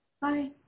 Bye